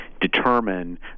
determine